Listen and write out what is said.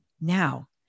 Now